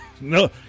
No